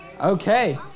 Okay